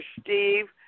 Steve